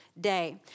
day